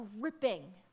gripping